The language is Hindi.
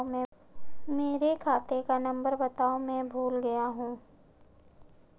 मेरे खाते का नंबर बताओ मैं भूल गया हूं